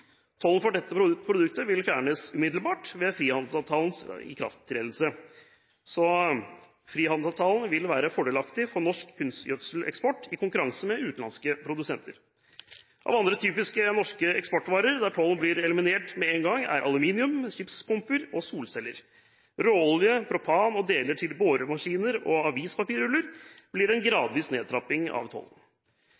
Tollen for dette produktet vil fjernes umiddelbart ved frihandelsavtalens ikrafttredelse, så frihandelsavtalen vil være fordelaktig for norsk kunstgjødseleksport i konkurranse med utenlandske produsenter. Av andre typiske norske eksportvarer der tollen blir eliminert med én gang, er aluminium, skipspumper og solceller. For råolje, propan, deler til boremaskiner og avispapirruller blir det en